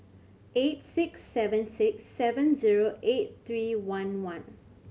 eight six seven six seven zero eight three one one